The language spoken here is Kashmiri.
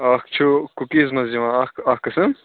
اَکھ چھُ کُکیٖز منٛز یِوان اَکھ اَکھ قٕسٕم